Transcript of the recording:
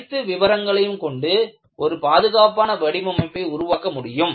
அனைத்து விவரங்களையும் கொண்டு ஒரு பாதுகாப்பான வடிவமைப்பை உருவாக்க முடியும்